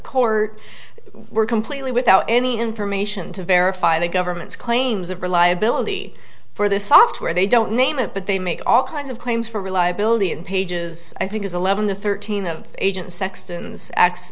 court we're completely without any information to verify the government's claims of reliability for the software they don't name it but they make all kinds of claims for reliability and pages i think is eleven to thirteen of agent sexton's x